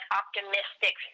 optimistic